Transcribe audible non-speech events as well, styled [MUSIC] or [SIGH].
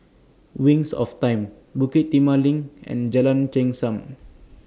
Wings of Time Bukit Timah LINK and Jalan [UNINTELLIGIBLE]